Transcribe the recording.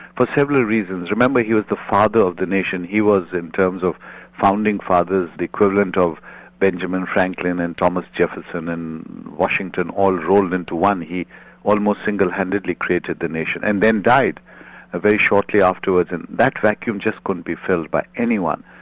for several reasons. remember he was the father of the nation, he was in terms of founding fathers, the equivalent of benjamin franklin and thomas jefferson and washington all rolled into one. he almost single-handedly created the nation. and then died very shortly afterwards, and that vacuum just couldn't be filled by anyone.